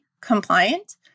compliant